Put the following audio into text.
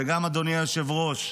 וגם אדוני היושב-ראש,